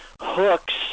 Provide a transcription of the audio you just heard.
hooks